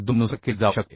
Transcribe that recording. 2 नुसार केले जाऊ शकते